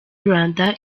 rwanda